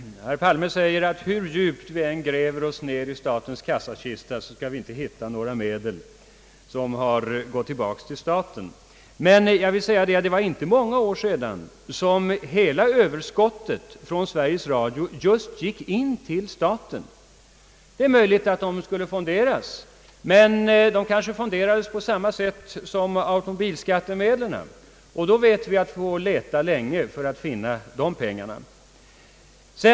Herr talman! Herr Palme säger att vi, hur djupt vi än gräver oss ned i statens kassakista, inte skall hitta några medel som har gått tillbaka till staten. Jag vill dock erinra om att det inte var många år sedan, som hela överskottet från Sveriges Radio just gick in till staten. Det är möjligt att pengarna skulle fonderas, men de kanske fonderades på samma sätt som automobilskattemedlen. Då vet vi att vi får leta länge för att finna de pengarna.